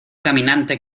caminante